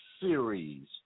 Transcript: series